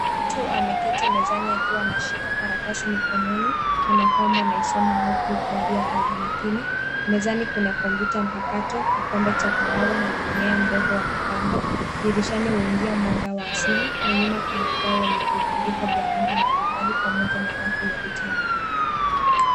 Mtu ameketi mezani akiwa anashika karatasi mikononi, kana kwamba anaisoma au kuikagua kwa makini, mezani kuna kompyuta mpakato, kikombe cha kahawa na mmea mdogo wa kupamba, dirishani uingia mwanga wa asili na nyuma kuna ubao wenye vibandiko vya rangi mbalimbali pamoja na rafu ya vitabu.